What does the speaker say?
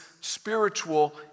spiritual